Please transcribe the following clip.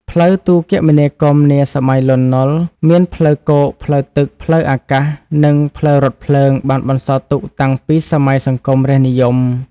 ផ្លូវទូរគមនាគមន៍នាសម័យ លន់ នុល មានផ្លូវគោកផ្លូវទឹក ផ្លូវអាកាស និងផ្លូវរថភ្លើងបានបន្សល់ទុកតាំងពីសម័យ សង្គមរាស្ត្រនិយម។